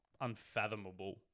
unfathomable